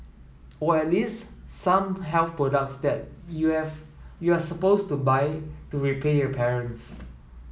or at least some health products that you have you're supposed to buy to repay your parents